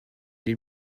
les